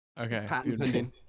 Okay